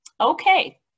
Okay